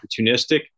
opportunistic